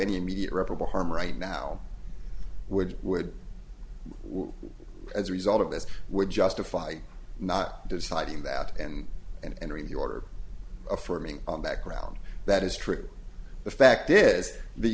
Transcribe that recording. any immediate reparable harm right now which would as a result of this would justify not deciding that and entering the order affirming on background that is true the fact is the